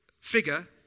figure